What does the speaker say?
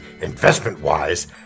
investment-wise